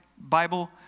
bible